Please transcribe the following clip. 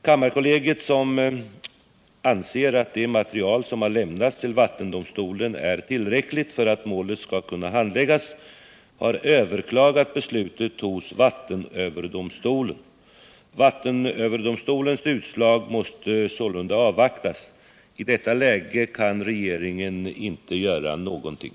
Kammarkollegiet, som anser att det material som har lämnats till vattendomstolen är tillräckligt för att målet skall kunna handläggas, har överklagat beslutet hos vattenöverdomstolen. Vattenöverdomstolens utslag måste sålunda avvaktas. I detta läge kan regeringen inte göra någonting.